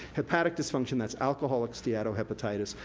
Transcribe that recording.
hepatic dysfunction, that's alcoholic steatohepatitis,